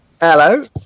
Hello